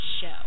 show